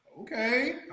Okay